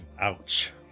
Ouch